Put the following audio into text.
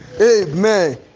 Amen